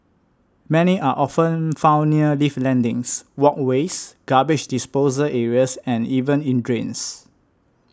many are often found near lift landings walkways garbage disposal areas and even in drains